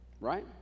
Right